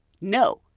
no